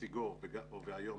נציגו והיום